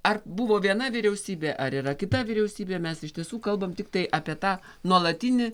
ar buvo viena vyriausybė ar yra kita vyriausybė mes iš tiesų kalbam tiktai apie tą nuolatinį